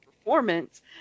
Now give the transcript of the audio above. performance